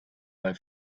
bei